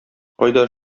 кайда